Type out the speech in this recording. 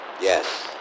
Yes